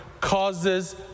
causes